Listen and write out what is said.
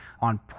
on